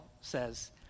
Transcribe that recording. says